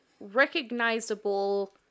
recognizable